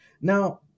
now